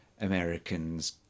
Americans